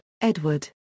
Edward